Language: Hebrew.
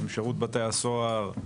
עם שירות בתי הסוהר.